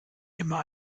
immer